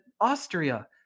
Austria